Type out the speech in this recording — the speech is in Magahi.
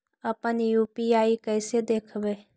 अपन यु.पी.आई कैसे देखबै?